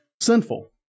sinful